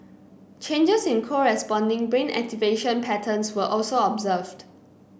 changes in corresponding brain activation patterns were also observed